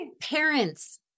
Parents